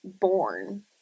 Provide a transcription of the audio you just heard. born